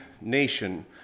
nation